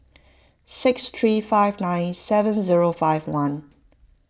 six three five nine seven zero five one